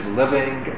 living